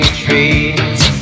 trees